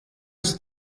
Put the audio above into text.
ist